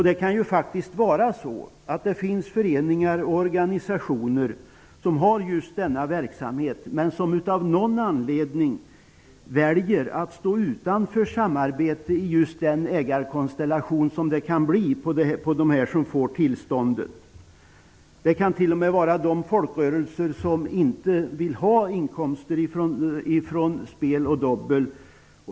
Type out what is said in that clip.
Det kan faktiskt också finnas föreningar och organisationer som har sådan verksamhet men som av någon anledning väljer att stå utanför samarbete i just den konstellation av ägare av tillståndet som kan uppstå. Det kan t.o.m. finnas folkrörelser som inte vill ha inkomster från spel och dobbel.